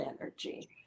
energy